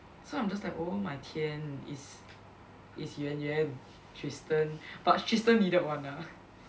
so I'm just like oh my 天 is is Yuan Yuan Tristen but Tristen needed one ah